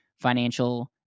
financial